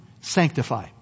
sanctify